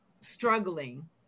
struggling